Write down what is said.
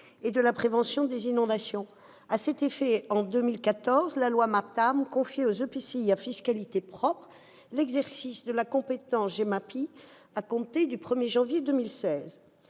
et de la prévention des inondations. C'est ainsi que, en 2014, la loi MAPTAM a confié aux EPCI à fiscalité propre l'exercice de la compétence GEMAPI à compter du 1 janvier 2016.